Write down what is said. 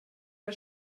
der